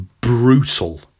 Brutal